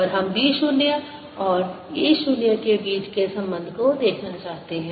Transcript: और हम B 0 और E 0 के बीच के संबंध को देखना चाहते हैं